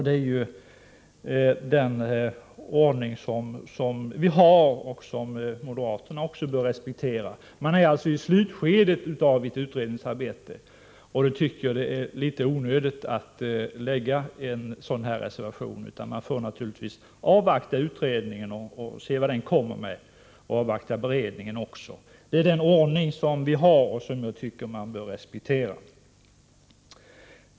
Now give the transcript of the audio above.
Det är den ordning som vi har och som moderaterna bör respektera. Man är alltså i slutskedet av utredningsarbetet. Då tycker jag att det är onödigt att lämna en sådan här reservation. Man får naturligtvis avvakta utredningen och se vad den kommer med för förslag och sedan avvakta beredningen. Det är, som sagt, den ordning som vi har och som jag tycker bör respekteras.